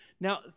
Now